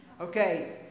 Okay